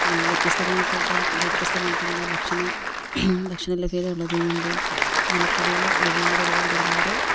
വ്യത്യസ്തമായിപെട്ട വ്യത്യസ്തമായിട്ടുള്ള ഭക്ഷണ ഭക്ഷണ ലഭ്യത ഉള്ളതു കൊണ്ടും ആലപ്പുഴയിൽ ഒരുപാട് ഒരുപാട് ഒരുപാട്